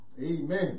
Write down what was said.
Amen